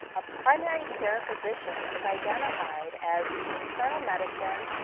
a primary care physician is identified as internal medicine,